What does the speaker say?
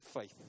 faith